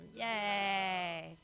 Yay